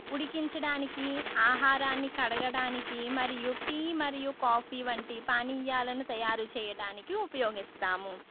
ఉడికించడానికి ఆహారాన్ని కడగడానికి మరియు టీ మరియు కాఫీ వంటి పానీయాలను తయారు చేయడానికి ఉపయోగిస్తాము